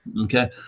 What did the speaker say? Okay